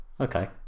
Okay